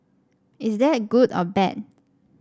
is that good or bad